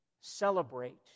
celebrate